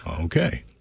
Okay